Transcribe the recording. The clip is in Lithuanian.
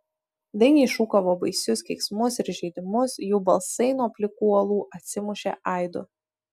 dainiai šūkavo baisius keiksmus ir įžeidimus jų balsai nuo plikų uolų atsimušė aidu